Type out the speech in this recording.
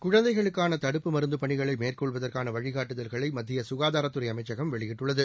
குழந்தைகளுக்கான தடுப்பு மருந்து பணிகளை மேற்கொள்வதற்கான வழிகாட்டுதல்களை மத்திய சுகாதாரத்துறை அமைச்சகம் வெளியிட்டுள்ளது